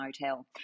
motel